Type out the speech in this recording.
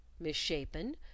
misshapen